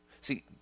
See